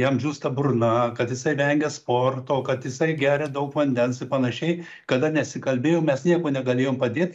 jam džiūsta burna kad jisai vengia sporto kad jisai geria daug vandens ir panašiai kada nesikalbėjom mes niekuo negalėjom padėt